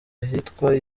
ahitwa